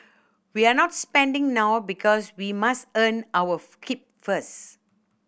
we're not spending now because we must earn our keep first